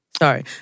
Sorry